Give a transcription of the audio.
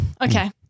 Okay